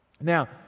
Now